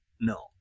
no